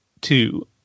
two